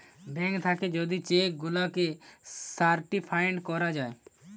bank থাকে যদি cheque গুলাকে সার্টিফাইড করা যায়